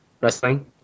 wrestling